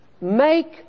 make